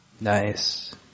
Nice